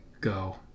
go